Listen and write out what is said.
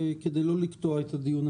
כדי לא לקטוע את הדיון,